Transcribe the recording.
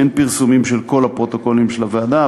אין פרסומים של כל הפרוטוקולים של הוועדה,